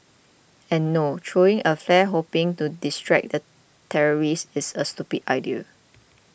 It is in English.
and no throwing a flare hoping to distract the terrorist is a stupid idea